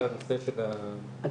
אלא הנושא של --- אגב,